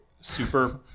Super